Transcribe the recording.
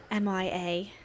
MIA